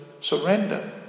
surrender